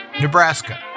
Nebraska